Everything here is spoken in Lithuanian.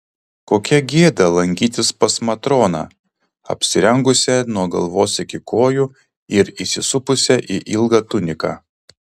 kokia gėda lankytis pas matroną apsirengusią nuo galvos iki kojų ir įsisupusią į ilgą tuniką